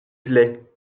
plait